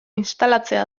instalatzea